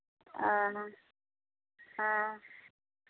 ᱚᱻ ᱦᱮᱸ